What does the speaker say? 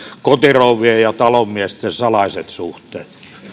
kotirouvien ja ja talonmiesten salaiset suhteet